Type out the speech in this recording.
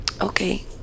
Okay